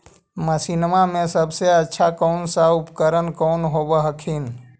मसिनमा मे सबसे अच्छा कौन सा उपकरण कौन होब हखिन?